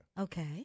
Okay